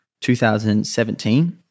2017